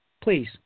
Please